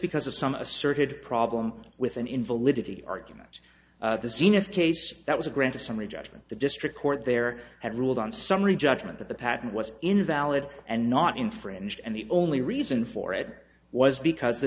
because of some asserted problem with an invalidity argument the zenith case that was granted summary judgment the district court there had ruled on summary judgment that the patent was invalid and not infringed and the only reason for it was because the